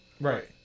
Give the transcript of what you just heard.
Right